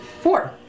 Four